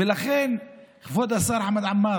ולכן, כבוד השר חמד עמאר,